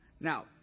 Now